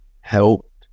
helped